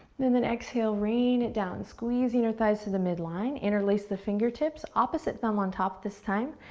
then then exhale, rain it down, squeezing your thighs to the mid line. interlace the fingertips, opposite thumb on top this time.